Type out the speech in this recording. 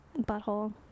butthole